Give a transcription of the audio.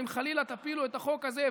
אם חלילה תפילו את החוק הזה.